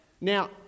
Now